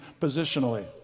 positionally